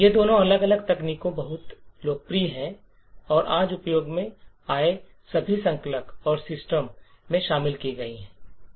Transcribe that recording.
ये दोनों अलग अलग तकनीकें बहुत लोकप्रिय हैं और आज उपयोग में आए सभी संकलक और सिस्टम में शामिल की गई हैं